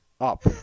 up